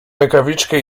rękawiczkę